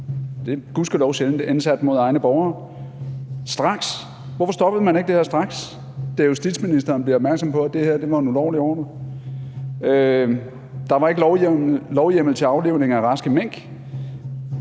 som var gudskelov sjældent indsat mod egne borgere, straks. Hvorfor stoppede man ikke det her straks, da justitsministeren bliver opmærksom på, at det her var en ulovlig ordre? Der var ikke lovhjemmel til aflivning af raske mink.